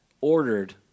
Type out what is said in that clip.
ordered